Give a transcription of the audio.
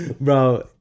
Bro